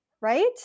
right